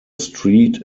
street